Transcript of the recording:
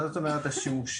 מה זאת אומרת השימושים?